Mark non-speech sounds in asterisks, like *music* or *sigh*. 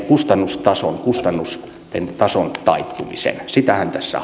kustannusten tason kustannusten tason taittumisen sitähän tässä *unintelligible*